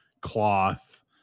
cloth